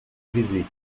visita